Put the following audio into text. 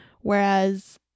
Whereas